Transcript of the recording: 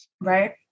Right